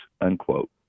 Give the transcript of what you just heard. unquote